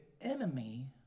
enemy